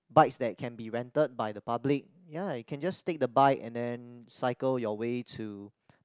bikes that can be rented by the public ya you can just take the bike and then cycle your way to